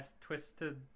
Twisted